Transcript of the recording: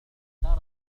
اشترت